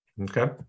okay